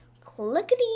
clickety